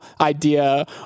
idea